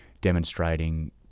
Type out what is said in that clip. demonstrating